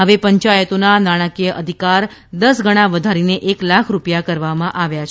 હવે પંચાયતોના નાણાકિય અધિકાર દસ ગણા વધારીને એક લાખ રૂપિયા કરવામાં આવ્યા છે